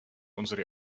unsere